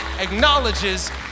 acknowledges